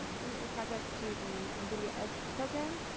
um submit your projects to the nvidia edge program.